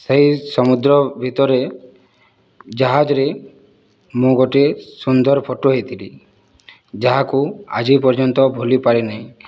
ସେହି ସମୁଦ୍ର ଭିତରେ ଜାହାଜରେ ମୁଁ ଗୋଟିଏ ସୁନ୍ଦର ଫଟୋ ହୋଇଥିଲି ଯାହାକୁ ଆଜି ପର୍ଯ୍ୟନ୍ତ ଭୁଲିପାରିନାହିଁ